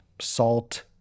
salt